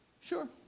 sure